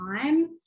time